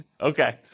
Okay